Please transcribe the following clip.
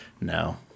No